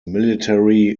military